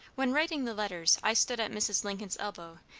when writing the letters i stood at mrs. lincoln's elbow,